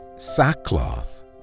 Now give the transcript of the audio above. sackcloth